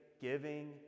giving